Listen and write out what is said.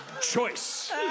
choice